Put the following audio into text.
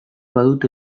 badut